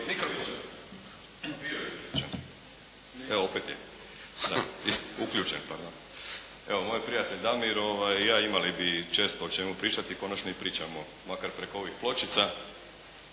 **Markovinović, Krunoslav (HDZ)** Moj prijatelj Damir i ja imali bi često o čemu pričati, konačno i pričamo makar preko ovih pločica.